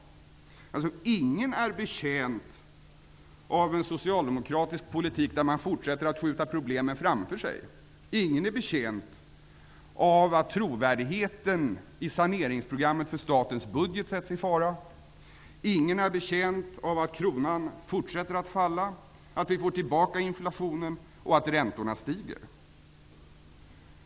Ingen är betjänt av en socialdemokratisk politik där man fortsätter att skjuta problemen framför sig. Ingen är betjänt av att trovärdigheten i saneringsprogrammet för statens budget sätts i fara. Ingen är betjänt av att kronan fortsätter att falla, att vi får tillbaka inflationen och att räntorna stiger.